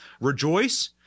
rejoice